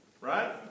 Right